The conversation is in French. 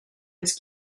qu’est